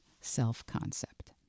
self-concept